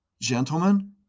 gentlemen